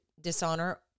dishonor